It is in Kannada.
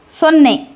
ಸೊನ್ನೆ